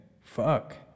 fuck